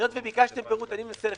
היות שביקשתם פירוט, אני מנסה לפרט.